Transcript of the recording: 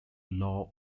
law